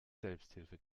selbsthilfe